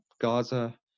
Gaza